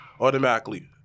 automatically